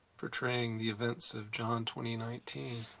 portraying the events of john twenty nineteen.